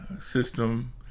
system